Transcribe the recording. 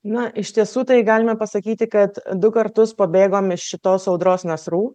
na iš tiesų tai galime pasakyti kad du kartus pabėgom iš šitos audros nasrų